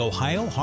Ohio